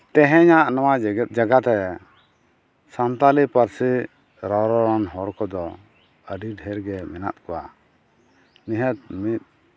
ᱛᱮᱦᱮᱧᱟᱜ ᱱᱚᱣᱟ ᱡᱮᱜᱮᱫ ᱡᱟᱠᱟᱛ ᱨᱮ ᱥᱟᱱᱠᱛᱟᱞᱤ ᱯᱟᱹᱨᱥᱤ ᱨᱚᱨᱚᱲᱟᱱ ᱦᱚᱲ ᱠᱚᱫᱚ ᱟᱹᱰᱤ ᱰᱷᱮᱨᱜᱮ ᱢᱮᱱᱟᱜ ᱠᱚᱣᱟ ᱱᱤᱦᱟᱹᱛ ᱢᱤᱫ